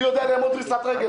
אני יודע לאמוד דריסת רגל.